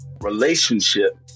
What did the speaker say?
relationship